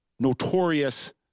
notorious